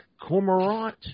Cormorant